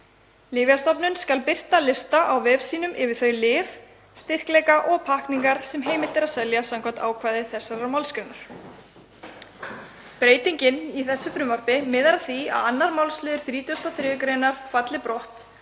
Lyfjastofnun skal birta lista á vef sínum yfir þau lyf, styrkleika og pakkningar sem heimilt er að selja samkvæmt ákvæði þessarar málsgreinar.“ Breytingin í þessu frumvarpi miðar að því að 2. málsliður 33. gr. falli brott